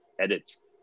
edits